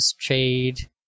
trade